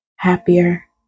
happier